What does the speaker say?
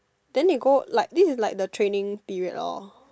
then they go like this is like the training period lor